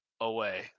away